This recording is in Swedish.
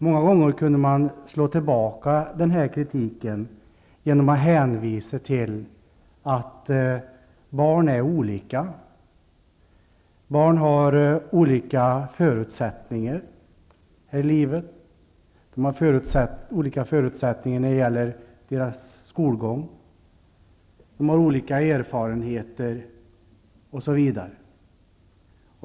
Många gånger kunde man slå tillbaka den här kritiken genom att hänvisa till att barn är olika och har olika förutsättningar i livet. De har olika förutsättningar när det gäller skolgång, de har olika erfarenheter osv.